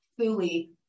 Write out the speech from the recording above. fully